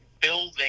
building